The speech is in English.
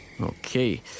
Okay